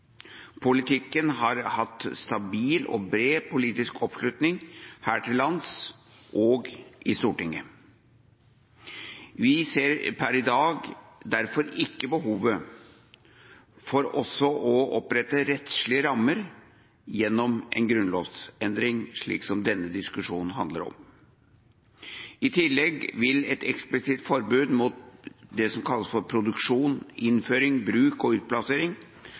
Politikken har hatt stabil og bred politisk oppslutning her til lands og i Stortinget. Vi ser per i dag derfor ikke behovet for også å opprette rettslige rammer gjennom en grunnlovsendring, som denne diskusjonen handler om. I tillegg vil et eksplisitt forbud mot det som kalles for produksjon, innføring, bruk og utplassering